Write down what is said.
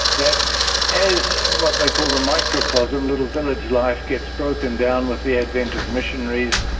that as what they call the microcosm, little village life, gets broken down with the advent of missionaries,